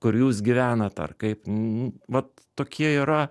kur jūs gyvenat ar kaip n vat tokie yra